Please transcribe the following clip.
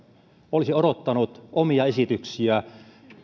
olisi odottanut omia esityksiä